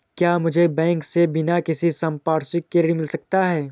क्या मुझे बैंक से बिना किसी संपार्श्विक के ऋण मिल सकता है?